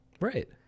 Right